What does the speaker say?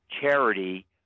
charity